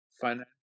financial